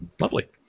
Lovely